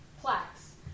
plaques